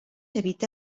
habita